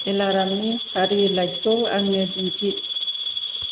एलार्मनि फारिलाइखौ आंनो दिन्थि